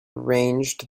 ranged